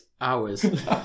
hours